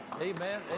amen